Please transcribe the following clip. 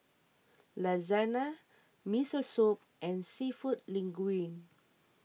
Lasagna Miso Soup and Seafood Linguine